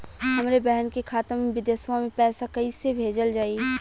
हमरे बहन के खाता मे विदेशवा मे पैसा कई से भेजल जाई?